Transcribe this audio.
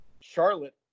Charlotte